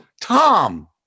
Tom